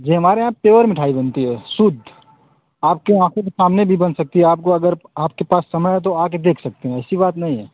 जी हमारे यहाँ प्योर मिठाई बनती है शुद्ध आपके आँखों के सामने भी बन सकती है आपको अगर आपके पास समय है तो आ के देख सकते हैं ऐसे बात नहीं है